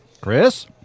Chris